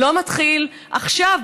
לא מתחיל עכשיו,